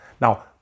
Now